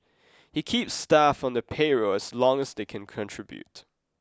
he keeps staff on the payroll as long as they can contribute